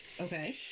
Okay